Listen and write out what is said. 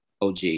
OG